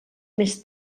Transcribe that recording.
més